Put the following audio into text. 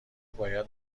باید